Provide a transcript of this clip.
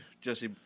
Jesse